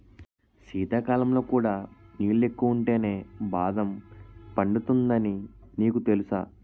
శీతాకాలంలో కూడా నీళ్ళు ఎక్కువుంటేనే బాదం పండుతుందని నీకు తెలుసా?